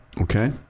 Okay